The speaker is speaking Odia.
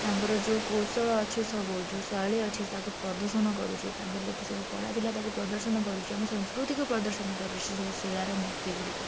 ତାଙ୍କର ଯୋଉ କୌଶଳ ଅଛି ସବୁ ଶୈଳୀ ଅଛି ତାକୁ ପ୍ରଦର୍ଶନ କରୁଛି ତାଙ୍କର ଯେତେସବୁ କଳା ଥିଲା ତାକୁ ପ୍ରଦର୍ଶନ କରୁଛି ଆମ ସଂସ୍କୃତିକୁ ପ୍ରଦର୍ଶନ କରୁଛି ସେ ଶିଳାର ମୂର୍ତ୍ତି ଗୁଡ଼ିକ